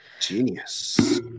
Genius